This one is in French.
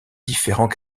différents